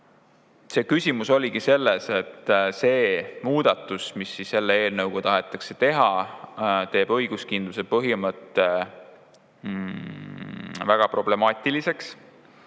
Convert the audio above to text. Küsimus oligi selles, et see muudatus, mis selle eelnõuga tahetakse teha, on õiguskindluse põhimõtte vaates väga problemaatiline,